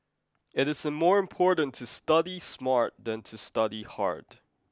it is more important to study smart than to study hard